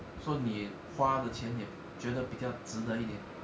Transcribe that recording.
so 你花的钱也觉得比较值得一点